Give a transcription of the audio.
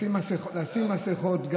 לשים מסכות.